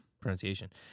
pronunciation